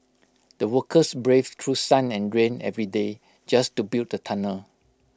the workers braved through sun and rain every day just to build the tunnel